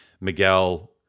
Miguel